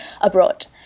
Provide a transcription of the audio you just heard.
abroad